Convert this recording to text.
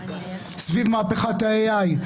סביב מהפכת ה-AI,